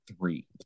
three